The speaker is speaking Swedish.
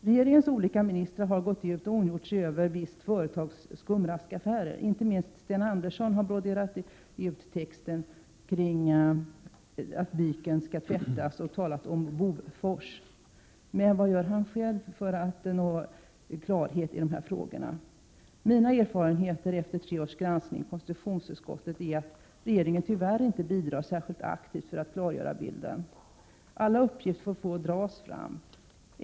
Regeringens olika ministrar har gått ut och ondgjort sig över ett visst företags skumraskaffärer. Inte minst Sten Andersson har broderat ut texten kring detta och sagt att byken skall tvättas. Han har bl.a. talat om ”Bovfors”. Vad gör han emellertid själv för att få klarhet i dessa frågor? Mina erfarenheter efter tre års granskning i konstitutionsutskottet är att regeringen tyvärr inte bidrar särskilt aktivt för att klargöra bilden. Alla uppgifter får dras fram.